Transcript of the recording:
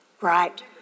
Right